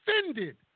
offended